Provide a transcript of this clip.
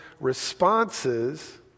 responses